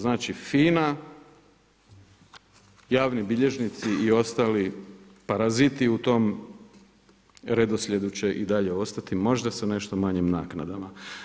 Znači FINA, javni bilježnici i ostali paraziti u tom redoslijedu će i dalje ostati, možda sa nešto manjim naknadama.